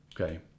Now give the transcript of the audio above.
okay